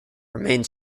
remained